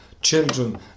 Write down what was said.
children